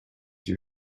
you